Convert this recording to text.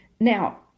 Now